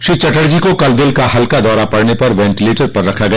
श्री चटर्जी को कल दिल का हल्का दौरा पड़ने पर वेंटीलेटर पर रखा गया